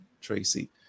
Tracy